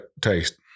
taste